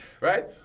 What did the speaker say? right